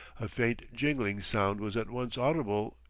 a faint jingling sound was at once audible,